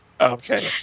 Okay